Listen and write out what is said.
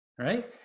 Right